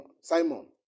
Simon